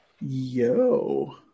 Yo